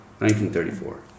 1934